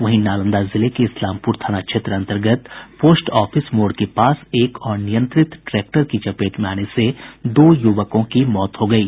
इधर नालंदा जिले के इस्लामपुर थाना क्षेत्र अन्तर्गत पोस्ट आफिस मोड़ के पास एक अनियंत्रित ट्रैक्टर की चपेट में आने से दो युवकों की मौत हो गयी